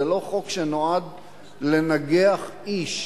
זה לא חוק שנועד לנגח איש,